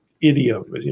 idiom